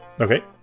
Okay